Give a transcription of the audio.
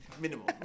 Minimum